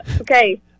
Okay